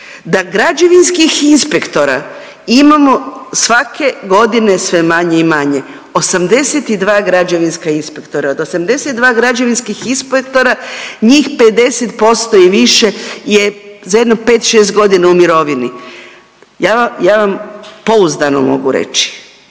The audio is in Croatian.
Da građevinskih inspektora imamo svake godine sve manje i manje. 82 građevinska inspektora. Od 82 građevinskih inspektora njih 50% i više je za jedno pet, šest godina u mirovini. Ja vam pouzdano mogu reći